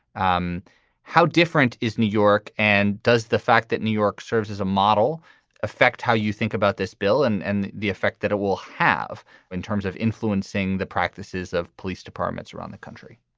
um how different is new york? and does the fact that new york serves as a model affect how you think about this bill and and the effect that it will have in terms of influencing the practices of police departments around the country?